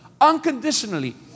unconditionally